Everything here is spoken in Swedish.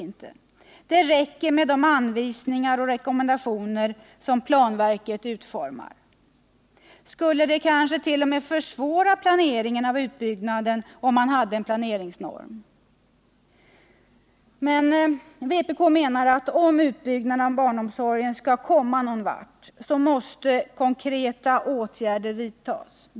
Pet räcker med de anvisningar och rekommendationer som planverket utformar. Skulle det kanske t.o.m. försvåra planeringen av utbyggnaden om man hade en planeringsnorm? Vpk menar att om man skall komma någon vart med utbyggnaden av barnomsorgen måste konkreta åtgärder vidtas.